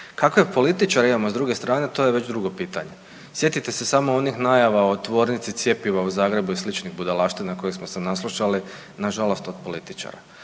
Kakve političare imamo s druge strane, to je već drugo pitanje. Sjetite se samo onih najava o tvornici cjepiva u Zagrebu i sličnih budalaština kojih smo se naslušali, nažalost od političara.